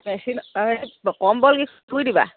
বেছি ধুই দিবা